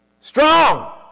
strong